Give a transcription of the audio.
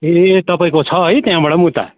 ए तपाईँको छ है त्यहाँबाट पनि उता